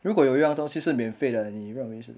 如果有一样东西是免费的你认为是